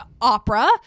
opera